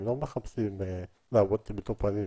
הם לא מחפשים לעבוד עם מטופלים.